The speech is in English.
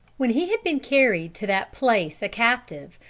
when he had been carried to that place a captive,